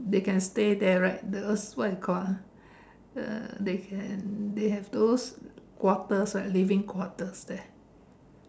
they can stay there right those what you call ah uh they can they have those quarters ah living quarters there